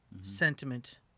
sentiment